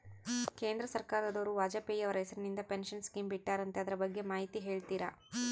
ಕೇಂದ್ರ ಸರ್ಕಾರದವರು ವಾಜಪೇಯಿ ಅವರ ಹೆಸರಿಂದ ಪೆನ್ಶನ್ ಸ್ಕೇಮ್ ಬಿಟ್ಟಾರಂತೆ ಅದರ ಬಗ್ಗೆ ಮಾಹಿತಿ ಹೇಳ್ತೇರಾ?